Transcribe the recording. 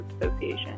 Association